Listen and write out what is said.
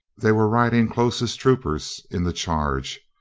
they were riding close as troopers in the charge.